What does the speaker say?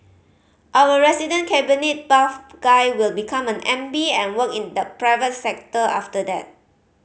our resident cabinet buff guy will become an M B and work in the private sector after that